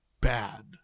bad